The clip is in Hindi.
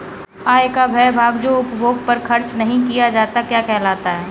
आय का वह भाग जो उपभोग पर खर्च नही किया जाता क्या कहलाता है?